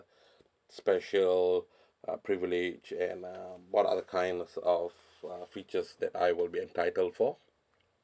special uh privilege and um what are the kind of uh features that I will be entitled for